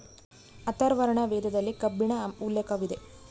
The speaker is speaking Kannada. ಅಥರ್ವರ್ಣ ವೇದದಲ್ಲಿ ಕಬ್ಬಿಣ ಉಲ್ಲೇಖವಿದೆ